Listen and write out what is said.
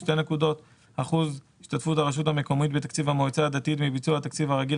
2 % השתתפות הרשות המקומית בתקציב המועצה הדתית מביצוע התקציב הרגיל